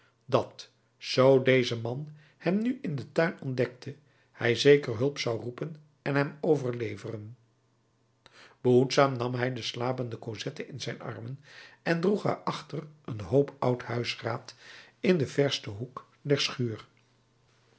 dat zoo deze man hem nu in den tuin ontdekte hij zeker hulp zou roepen en hem overleveren behoedzaam nam hij de slapende cosette in zijn armen en droeg haar achter een hoop oud huisraad in den versten hoek der schuur